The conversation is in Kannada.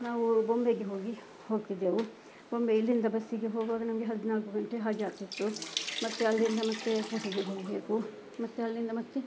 ನಾವೂ ಬಾಂಬೆಗೆ ಹೋಗಿ ಹೋಗ್ತಿದ್ದೆವು ಬಾಂಬೆ ಇಲ್ಲಿಂದ ಬಸ್ಸಿಗೆ ಹೋಗುವಾಗ ನಮಗೆ ಹದ್ನಾಲ್ಕು ಗಂಟೆ ಹಾಗೆ ಆಗ್ತಿತ್ತು ಮತ್ತು ಅಲ್ಲಿಂದ ಮತ್ತೆ ಊಟಿಗೆ ಹೋಗಬೇಕು ಮತ್ತೆ ಅಲ್ಲಿಂದ ಮತ್ತೆ